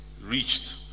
reached